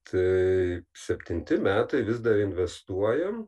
tai septinti metai vis dar investuojam